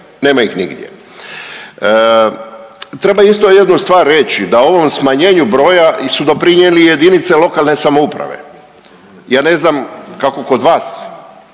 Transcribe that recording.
nema ih nigdje. Treba isto jednu stvar reći, da ovom smanjenju broja su doprinijeli i jedinice lokalne samouprave. Ja ne znam kako kod vas,